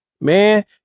Man